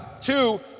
Two